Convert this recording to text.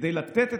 כדי לתת,